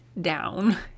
down